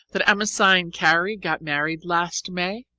that amasai and carrie got married last may?